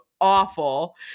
awful